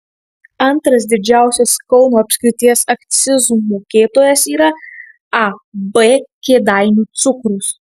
antras didžiausias kauno apskrities akcizų mokėtojas yra ab kėdainių cukrus